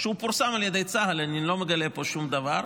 הוא פורסם על ידי צה"ל, אני לא מגלה פה שום דבר,